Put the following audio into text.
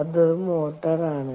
അതൊരു മോട്ടോർ ആണ്